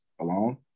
alone